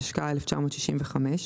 התשכ"ה-1965,